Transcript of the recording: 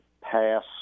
pass